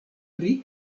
pri